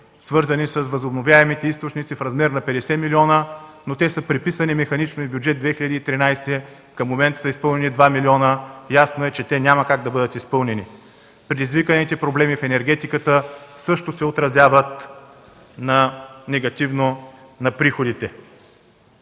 свързани с възобновяемите източници в размер на 50 млн. лв., но те са преписани механично и в Бюджет 2013 г. Към момента се изпълнени два милиона. Ясно е, че те няма как да бъдат изпълнени. Предизвиканите проблеми в енергетиката също се отразяват негативно на приходите.